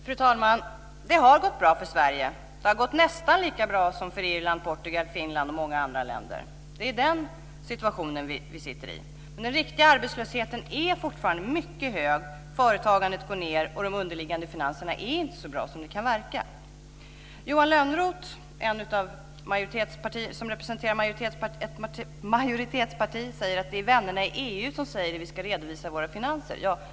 Fru talman! Det har gått bra för Sverige. Det har gått nästan lika bra som för Irland, Portugal, Finland och många andra länder. Det är den situationen som vi befinner oss i. Men den verkliga arbetslösheten är fortfarande mycket hög. Företagandet går ned, och de underliggande finanserna är inte så bra som det kan verka. Johan Lönnroth, som representerar ett majoritetsparti, framhåller att det är vännerna i EU som säger hur vi ska redovisa våra finanser.